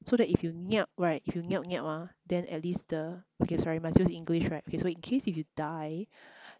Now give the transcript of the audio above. so that if you nyap right if you nyap nyap ah then at least the okay sorry must use english right okay so in case if you die